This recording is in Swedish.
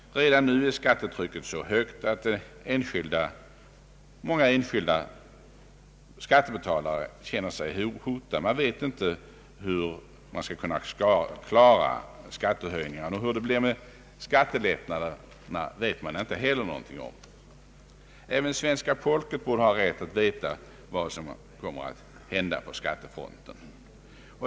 Redan nu är skattetrycket så högt att många enskilda skattebetalare känner sig hotade. Man vet inte hur man skall kunna klara skattehöjningarna, och hur det blir med skattelättnaderna vet man inte heller någonting om. Även svenska folket borde ha rätt att veta vad som kommer att hända på skattefronten.